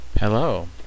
Hello